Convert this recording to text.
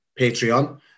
Patreon